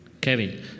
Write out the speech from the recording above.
Kevin